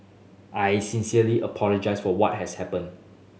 I sincerely apologise for what has happened